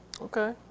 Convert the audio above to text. Okay